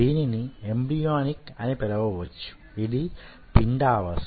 దీనిని ఎంబ్రియోనిక్ అని పిలవ వచ్చు యిది పిండావస్థ